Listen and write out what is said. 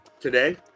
Today